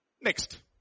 next